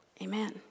Amen